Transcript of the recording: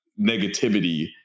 negativity